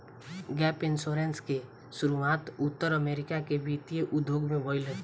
gap insurance के शुरुआत उत्तर अमेरिका के वित्तीय उद्योग में भईल